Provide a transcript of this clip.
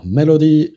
melody